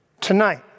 Tonight